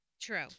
True